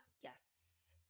Yes